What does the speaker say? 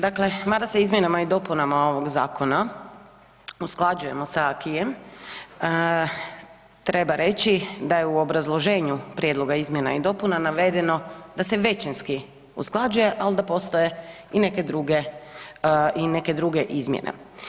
Dakle, mada se izmjenama i dopunama ovog zakona usklađujemo s acquiem treba reći da je u obrazloženju prijedloga izmjena i dopuna navedeno da se većinski usklađuje ali i da postoje i neke druge i neke druge izmjene.